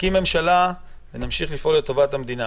נקים ממשלה ונמשיך לפעול לטובת המדינה.